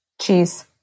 cheese